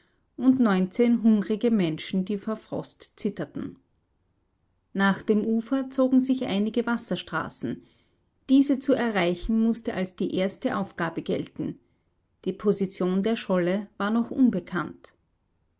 und neunzehn hungrige menschen die vor frost zitterten nach dem ufer zogen sich einige wasserstraßen diese zu erreichen mußte als die erste aufgabe gelten die position der scholle war noch unbekannt